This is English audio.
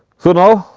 so, now,